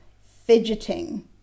fidgeting